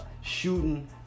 shooting